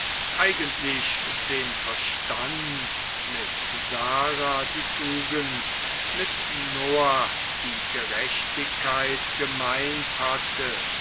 eigentlich den verstand mit sarah die tugend mit noah die gerechtigkeit gemeint hatte